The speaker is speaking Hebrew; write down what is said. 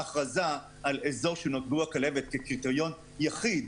ההכרזה על אזור שהוא נגוע בכלבת כקריטריון יחיד